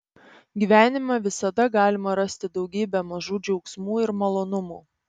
gyvenime visada galima rasti daugybę mažų džiaugsmų ir malonumų